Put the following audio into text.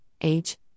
age